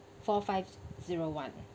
four five zero one